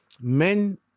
men